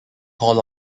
hall